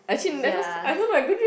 ya